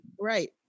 Right